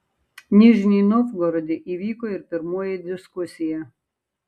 nižnij novgorode įvyko ir pirmoji diskusija